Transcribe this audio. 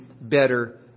better